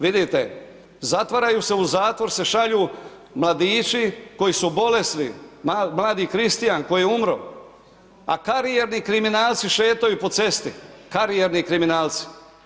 Vidite, zatvaraju se, u zatvor se šalju mladići koji su bolesni, mladi Kristijan koji je umro, a karijadni kriminalci šetaju po cesti, karijadni kriminalci.